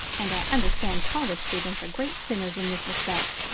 and i understand college students are great sinners in this respect.